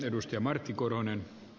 arvoisa herra puhemies